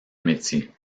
métier